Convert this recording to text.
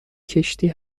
کشتی